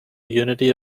unity